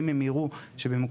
כפי שהם אמרו את זה ממש כאן,